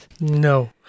No